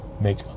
make